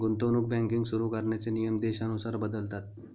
गुंतवणूक बँकिंग सुरु करण्याचे नियम देशानुसार बदलतात